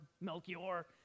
Melchior